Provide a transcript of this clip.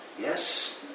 yes